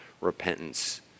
repentance